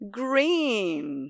green